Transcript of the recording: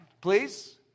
please